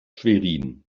schwerin